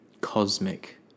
cosmic